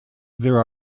there